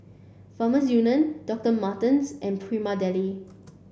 Farmers Union Doctot Martens and Prima Deli